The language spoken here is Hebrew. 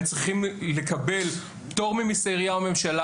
הם צריכים לקבל פטור ממסי עירייה וממשלה,